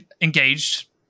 engaged